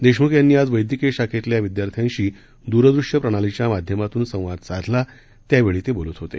देशमुख यांनी आज वद्धकीय शाखेतल्या विद्यार्थ्याशी द्रदृश्य प्रणालीच्या माध्यमातून संवाद साधला त्यावेळी ते बोलत होते